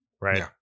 right